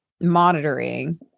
monitoring